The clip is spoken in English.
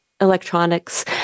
electronics